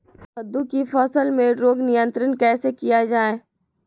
कददु की फसल में रोग नियंत्रण कैसे किया जाए?